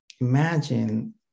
imagine